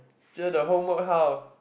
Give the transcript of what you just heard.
cher the homework how